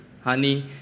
Honey